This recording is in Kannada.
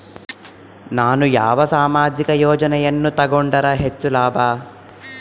ನಾನು ಯಾವ ಸಾಮಾಜಿಕ ಯೋಜನೆಯನ್ನು ತಗೊಂಡರ ಹೆಚ್ಚು ಲಾಭ?